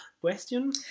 question